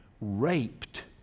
raped